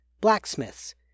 blacksmiths